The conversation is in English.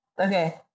Okay